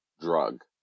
drug